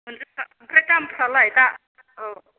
पनसास ओमफ्राय दामफ्रालाय दा औ